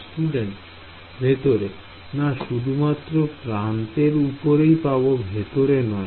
Student ভেতরে না শুধুমাত্র প্রান্তের উপরেই পাব ভেতরে নয়